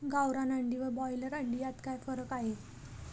गावरान अंडी व ब्रॉयलर अंडी यात काय फरक आहे?